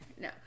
No